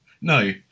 no